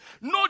no